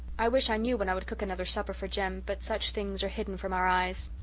i wish i knew when i would cook another supper for jem but such things are hidden from our eyes.